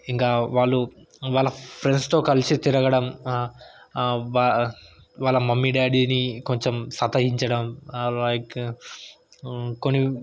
ఇంకా వాళ్ళు వాళ్ళ ఫ్రెండ్స్తో కలిసి తిరగడం బా వాళ్ళ మమ్మీ డాడీని కొంచెం సతాయించడం లైక్ కొన్ని